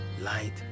light